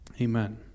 Amen